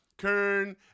Kern